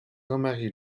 remarie